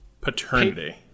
paternity